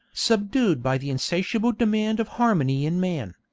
subdued by the insatiable demand of harmony in man.